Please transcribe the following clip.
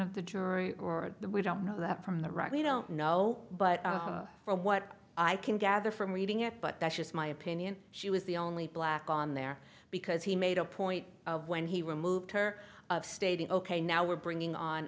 of the jury or we don't know that from the right we don't know but from what i can gather from reading it but that's just my opinion she was the only black on there because he made a point of when he removed her stating ok now we're bringing on